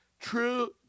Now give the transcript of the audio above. true